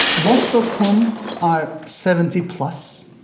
most of whom are seventy plus,